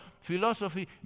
philosophy